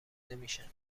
نمیشه